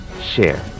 share